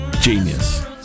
genius